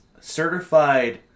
certified